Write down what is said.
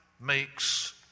makes